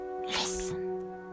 Listen